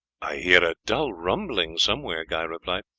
i hear a dull rumbling somewhere, guy replied.